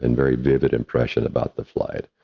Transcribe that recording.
and very vivid impression about the flight.